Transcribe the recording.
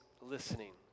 listening